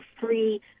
free